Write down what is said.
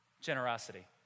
Generosity